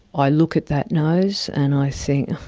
i look at that nose and i think